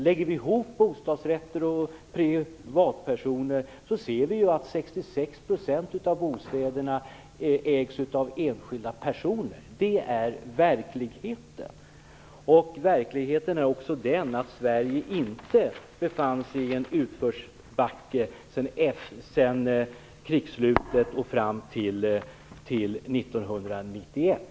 Lägger vi ihop bostadsrätter och privatpersoner får vi fram att 66 % av bostäderna ägs av enskilda personer. Det är verkligheten. Verkligheten är också den att Sverige inte befann sig i en utförsbacke mellan krigsslutet och år 1991.